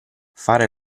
fare